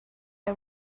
are